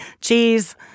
Cheese